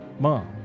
Mom